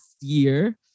year